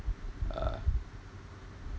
uh